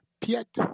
Piet